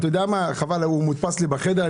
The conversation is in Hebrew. הוא מודפס לי בחדר.